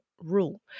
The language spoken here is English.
rule